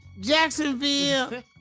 Jacksonville